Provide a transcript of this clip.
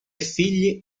figli